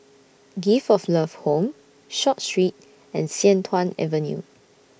Gift of Love Home Short Street and Sian Tuan Avenue